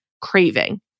craving